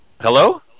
Hello